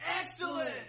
Excellent